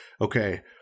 okay